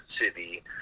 city